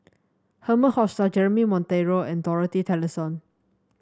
Herman Hochstadt Jeremy Monteiro and Dorothy Tessensohn